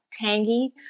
tangy